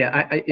i,